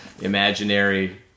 imaginary